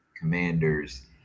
Commanders